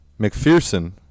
McPherson